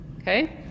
Okay